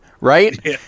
right